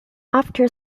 after